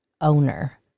owner